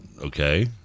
okay